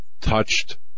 touched